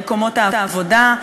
למקומות העבודה,